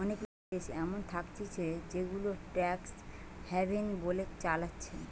অনেগুলা দেশ এমন থাকতিছে জেগুলাকে ট্যাক্স হ্যাভেন বলে চালাচ্ছে